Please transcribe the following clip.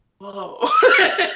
Whoa